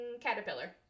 caterpillar